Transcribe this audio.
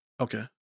Okay